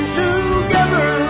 together